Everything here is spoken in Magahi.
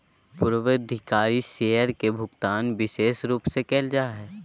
पूर्वाधिकारी शेयर के भुगतान विशेष रूप से करल जा हय